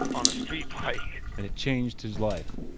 on a street bike and it changed his life.